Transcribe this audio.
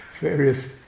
various